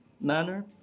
manner